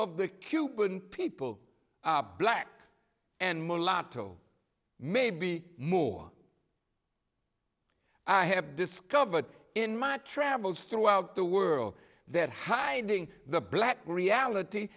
of the cuban people are black and mulatto maybe more i have discovered in my travels throughout the world that hiding the black reality